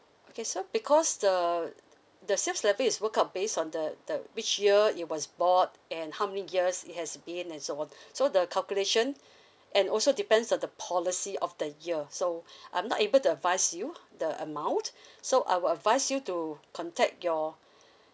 okay so because the the sales levy is work out based on the the which year it was bought and how many years it has been and so on so the calculation and also depends on the policy of the year so I'm not able to advise you the amount so I will advise you to contact your